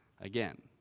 again